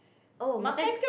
oh makan